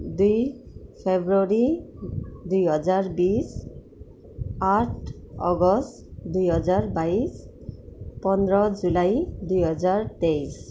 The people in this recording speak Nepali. दुई फेब्रुअरी दुई हजार बिस आठ अगस्ट दुई हजार बाइस पन्ध्र जुलाई दुई हजार तेइस